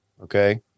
Okay